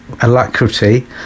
alacrity